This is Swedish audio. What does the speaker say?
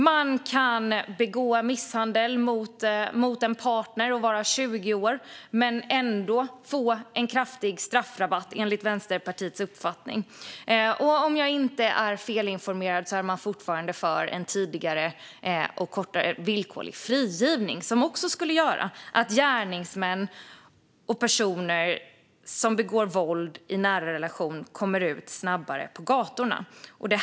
Man kan utsätta en partner för misshandel och vara 20 år men ändå få en kraftig straffrabatt, enligt Vänsterpartiets uppfattning. Om jag inte är felinformerad är Vänsterpartiet också fortfarande för en tidigare och kortare villkorlig frigivning, vilket skulle göra att gärningsmän och personer som utövar våld i nära relationer kommer ut på gatorna snabbare.